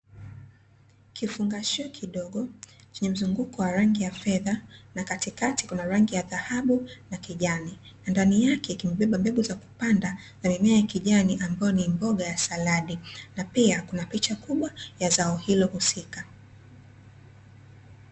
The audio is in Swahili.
Kifungashio kidogo, chenye mzunguko wa rangi ya fedha na katikati kuna rangi ya dhahabu na kijani, ndani yake kimebeba mbegu za kupanda na mimea ya kijani ambayo ni mboga ya saladi, na pia kuna picha kubwa ya zao hilo husika.